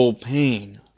pain